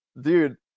dude